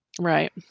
Right